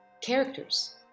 characters